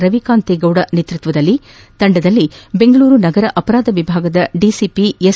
ರವಿಕಾಂತೇಗೌಡ ನೇತ್ಪತ್ವದಲ್ಲಿನ ತಂಡದಲ್ಲಿ ಬೆಂಗಳೂರು ನಗರ ಅಪರಾಧ ವಿಭಾಗದ ದಿಸಿಪಿ ಎಸ್